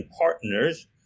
partners